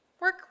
work